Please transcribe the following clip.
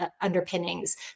underpinnings